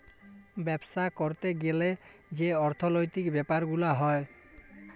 বাপ্সা ক্যরতে গ্যালে যে অর্থলৈতিক ব্যাপার গুলা হ্যয়